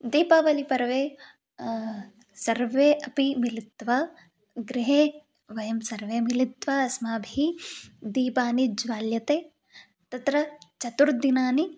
दीपावलिपर्वे सर्वे अपि मिलित्वा गृहे वयं सर्वे मिलित्वा अस्माभिः दीपाः ज्वाल्यते तत्र चतुर्दिनानि